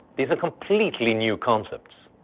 these are completely new concepts.